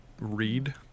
read